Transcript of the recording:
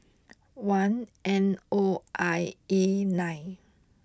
one N O I A nine